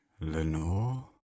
Lenore